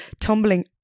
tumbling